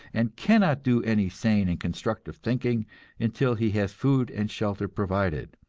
and cannot do any sane and constructive thinking until he has food and shelter provided.